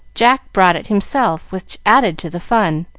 jack brought it himself, which added to the fun,